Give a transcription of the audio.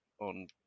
on